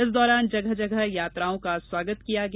इस दौरान जगह जगह यात्राओं का स्वागत किया गया